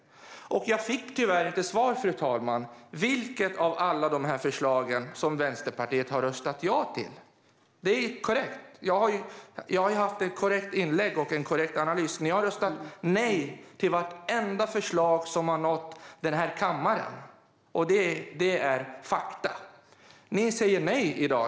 Jag fick tyvärr inget svar, fru talman, när det gäller vilka av alla de här förslagen Vänsterpartiet har röstat ja till. Jag har gjort ett korrekt inlägg och en korrekt analys: Ni har röstat nej till vartenda förslag som har nått den här kammaren, Linda Snecker, och det är ett faktum. Ni säger nej även i dag.